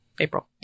April